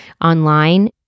online